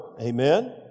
Amen